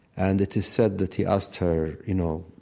and it is said that he asked her, you know,